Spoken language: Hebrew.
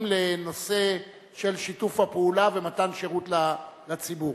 לנושא של שיתוף הפעולה ומתן שירות לציבור,